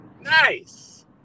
Nice